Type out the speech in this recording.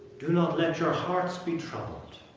do not let your hearts be troubled.